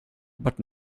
but